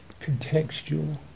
contextual